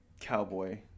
cowboy